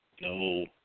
no